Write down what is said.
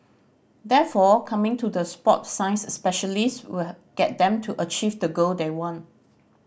therefore coming to the sport science specialist will get them to achieve the goal they want